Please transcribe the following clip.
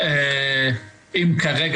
כרגע